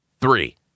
Three